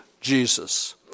Jesus